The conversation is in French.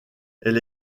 elle